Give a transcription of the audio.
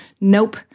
Nope